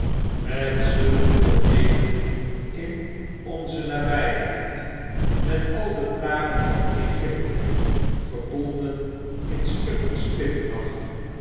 met zulke tooneelen in onze nabjjheid met al de plagen van egypte gebonden in stukken